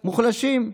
מוחלשים.